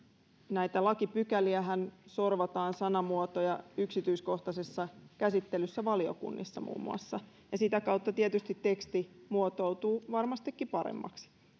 näitä lakipykäliähän sanamuotoja sorvataan yksityiskohtaisessa käsittelyssä valiokunnissa muun muassa ja sitä kautta tietysti teksti muotoutuu varmastikin paremmaksi